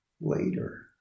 later